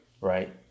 Right